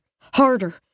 harder